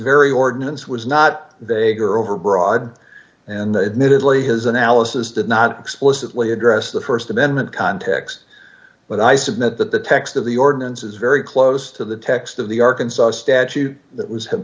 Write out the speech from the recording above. very ordinance was not they are overbroad and the admittedly his analysis did not explicitly address the st amendment context but i submit that the text of the ordinance is very close to the text of the arkansas statute that was him